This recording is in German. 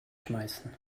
schmeißen